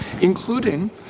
including